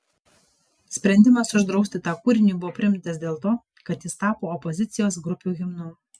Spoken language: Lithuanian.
sprendimas uždrausti tą kūrinį buvo priimtas dėl ko kad jis tapo opozicijos grupių himnu